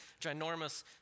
ginormous